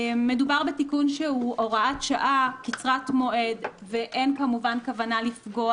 מדובר בתיקון שהוא הוראת שעה קצרת מועד ואין כמובן כוונה לפגוע